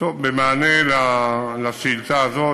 במענה על השאילתה הזו,